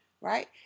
right